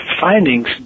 findings